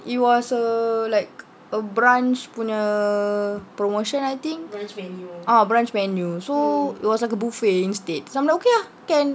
it was a like a brunch punya promotion I think uh brunch menu so it was like a buffet instead so I'm like okay lah